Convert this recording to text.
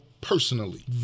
personally